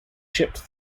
shipped